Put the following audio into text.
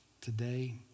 today